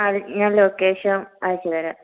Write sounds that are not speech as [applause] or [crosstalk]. [unintelligible] ഞാൻ ലൊക്കേഷൻ അയച്ച് തരാം